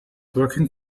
working